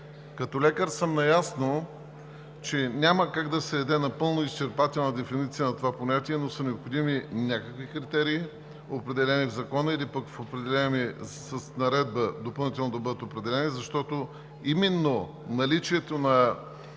Като лекар съм наясно, че няма как да се даде напълно изчерпателна дефиниция на това понятие, но са необходими някакви критерии, определени в Закона, или пък с наредба допълнително да бъдат определени, защото именно наличието на